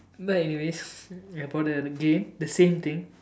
but anyways I bought another game the same thing